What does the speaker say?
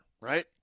right